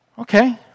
Okay